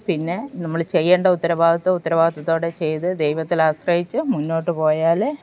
പിന്നെ നമ്മൾ ചെയ്യേണ്ട ഉത്തരവാദിത്യം ഉത്തരവാദിത്യത്തോടെ ചെയ്തു ദൈവത്തിലാശ്രയിച്ചു മുന്നോട്ടു പോയാൽ